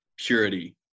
purity